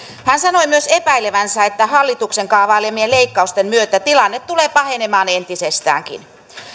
hän sanoi myös epäilevänsä että hallituksen kaavailemien leikkausten myötä tilanne tulee pahenemaan entisestäänkin